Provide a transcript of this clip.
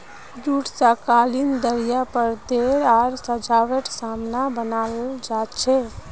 jute स कालीन दरियाँ परदे आर सजावटेर सामान बनाल जा छेक